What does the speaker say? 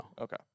Okay